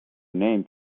name